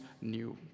new